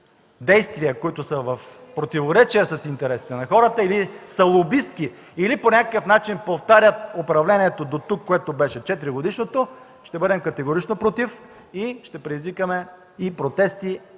действия, които са в противоречие с интересите на хората или са лобистки, или по някакъв начин повтарят четиригодишното управление, което беше дотук, ще бъдем категорично против, ще предизвикаме и протести,